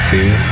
Fear